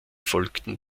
folgten